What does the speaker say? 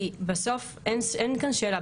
כי בסוף אין כאן שאלה.